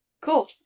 Cool